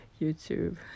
YouTube